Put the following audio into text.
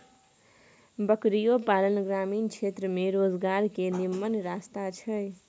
बकरियो पालन ग्रामीण क्षेत्र में रोजगार के निम्मन रस्ता छइ